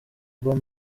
about